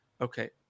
okay